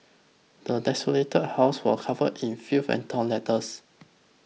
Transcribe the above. the desolated house was covered in filth and torn letters